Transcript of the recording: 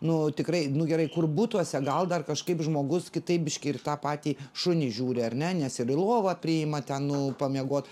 nu tikrai nu gerai kur butuose gal dar kažkaip žmogus kitaip biški ir tą patį šunį žiūri ar ne nes ir į lovą priima ten nu pamiegot